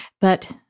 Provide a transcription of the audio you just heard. but-